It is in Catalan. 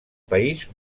país